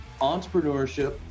entrepreneurship